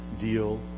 deal